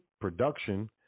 production